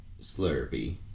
Slurpee